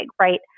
right